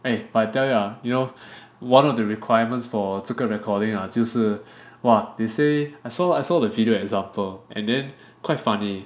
eh but I tell you ah you know one of the requirements for 这个 recording ah 就是 !wah! they say I saw I saw the video example and then quite funny